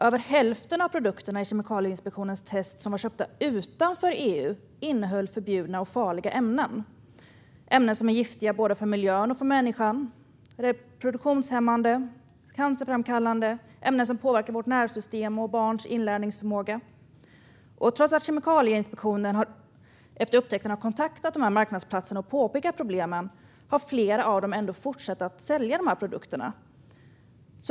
Över hälften av de produkter i Kemikalieinspektionens test som var köpta från länder utanför EU innehöll förbjudna och farliga ämnen som är giftiga både för miljön och för människan - ämnen som är reproduktionshämmande eller cancerframkallande eller som påverkar vårt nervsystem och barns inlärningsförmåga. Trots att Kemikalieinspektionen efter upptäckten har kontaktat dessa marknadsplatser och påpekat problemen har flera av dem fortsatt att sälja produkterna.